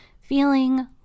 feeling